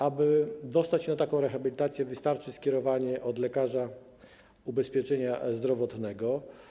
Aby dostać się na taką rehabilitację, wystarczy skierowanie od lekarza ubezpieczenia zdrowotnego.